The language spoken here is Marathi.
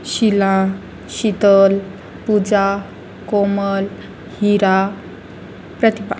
शीला शीतल पूजा कोमल हिरा प्रतिपा